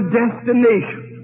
destination